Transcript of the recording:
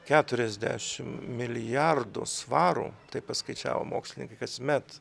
keturiasdešim milijardų svarų taip paskaičiavo mokslininkai kasmet